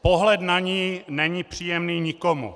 Pohled na ni není příjemný nikomu.